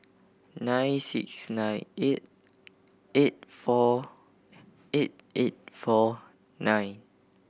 nine six nine eight eight four eight eight four nine